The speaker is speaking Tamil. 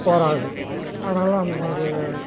போகிறார்கள் அதனால் அதனுடைய